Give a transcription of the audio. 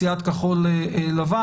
סיעת כחול לבן,